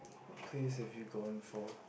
place have you gone for